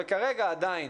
וכרגע, עדיין,